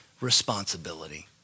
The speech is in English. responsibility